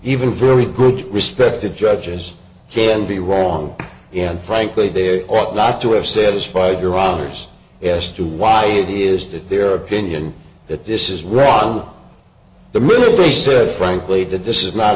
even very good respected judges can be wrong and frankly there ought not to have satisfied your honour's yes to why it is that their opinion that this is wrong the military said frankly that this is not